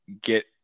get